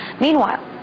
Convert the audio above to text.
Meanwhile